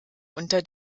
unter